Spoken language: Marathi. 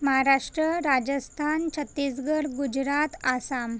महाराष्ट्र राजस्थान छत्तीसगड गुजरात आसाम